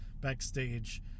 backstage